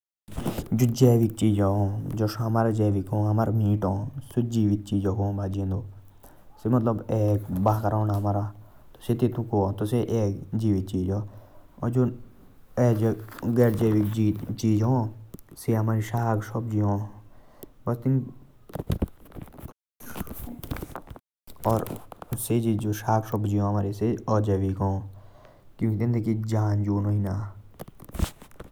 जो जैविक चीज हा सो आणा मीट हा। सौं जैविक चीजो को हा भनियेन्दो। जो आणा बकरा हा से एक जैविक चीज आ। और जो गैर जैविक चीज हा से आणे साग सब्जी हा।